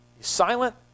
silent